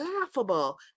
laughable